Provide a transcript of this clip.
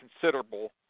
considerable